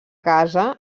casa